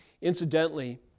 Incidentally